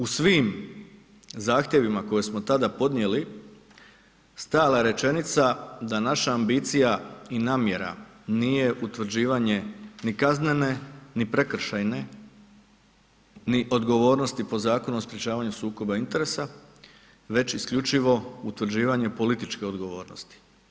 U svim zahtjevima koje smo tada podnijeli, stala je rečenica da naša ambicija i namjera nije utvrđivanje ni kaznene ni prekršajne ni odgovornosti po Zakonu o sprječavanju sukobu interesa već isključivo utvrđivanje političke odgovornosti.